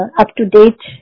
up-to-date